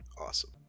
awesome